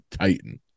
titan